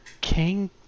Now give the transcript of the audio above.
King